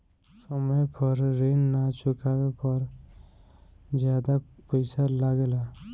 समय पर ऋण ना चुकाने पर ज्यादा पईसा लगेला?